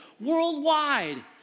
worldwide